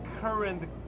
current